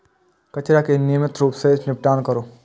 कचरा के नियमित रूप सं निपटान करू